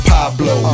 Pablo